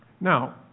Now